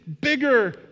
bigger